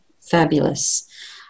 fabulous